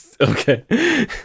Okay